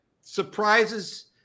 surprises